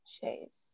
Chase